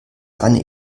eine